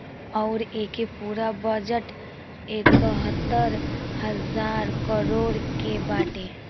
अउर एके पूरा बजट एकहतर हज़ार करोड़ के बाटे